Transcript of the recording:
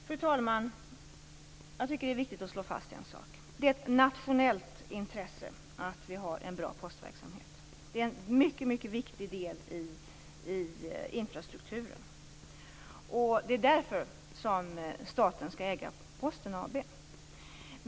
Fru talman! Jag tycker att det är viktigt att slå fast att det är ett nationellt intresse att vi har en bra postverksamhet. Det är en mycket viktig del i infrastrukturen. Det är därför som staten skall äga Posten AB.